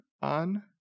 on